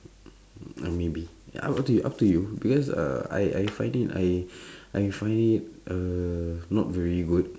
uh maybe ya up up to you up to you because uh I I find it I I find it uh not very good